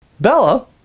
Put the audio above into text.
Bella